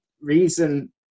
reason